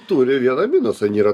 turi vieną minusą jin yra